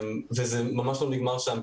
זה ממש לא נגמר שם,